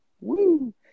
Woo